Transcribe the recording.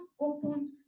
opened